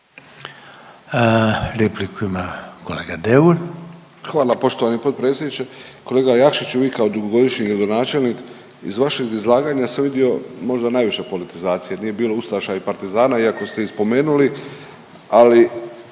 Repliku ima kolega Deur.